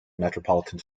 metropolitan